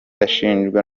ashinjwa